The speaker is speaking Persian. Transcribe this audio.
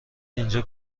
اینجا